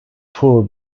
poor